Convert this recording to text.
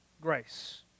grace